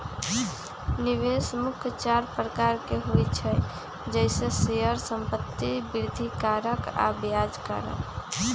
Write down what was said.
निवेश मुख्य चार प्रकार के होइ छइ जइसे शेयर, संपत्ति, वृद्धि कारक आऽ ब्याज कारक